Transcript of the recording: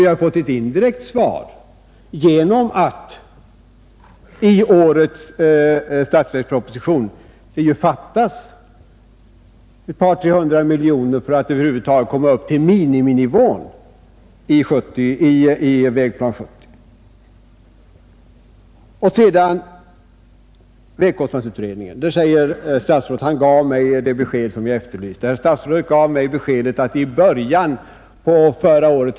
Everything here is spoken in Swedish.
Vi har fått ett indirekt svar genom att det ju i årets statsverksproposition fattas 200 å 300 miljoner kronor för att komma upp till miniminivån i Vägplan 70. Beträffande vägkostnadsutredningen gav mig statsrådet i november det beskedet att en arbetsgrupp hade tillsatts i början av förra året.